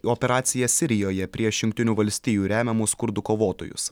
operaciją sirijoje prieš jungtinių valstijų remiamus kurdų kovotojus